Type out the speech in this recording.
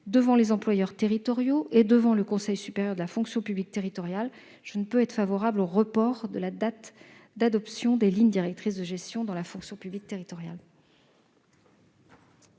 devant les employeurs territoriaux et le Conseil supérieur de la fonction publique territoriale, je ne puis être favorable au report de la date d'adoption des lignes directrices de gestion dans la fonction publique territoriale.